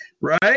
Right